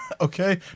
okay